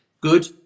good